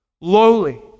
lowly